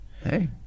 Hey